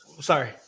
Sorry